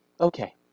okay